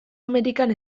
amerikan